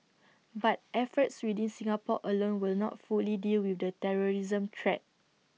but efforts within Singapore alone will not fully deal with the terrorism threat